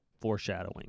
foreshadowing